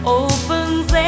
opens